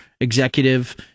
executive